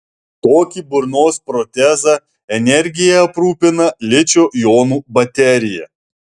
tokį burnos protezą energija aprūpina ličio jonų baterija